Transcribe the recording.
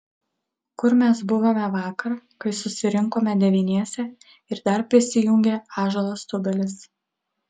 kur mes buvome vakar kai susirinkome devyniese ir dar prisijungė ąžuolas tubelis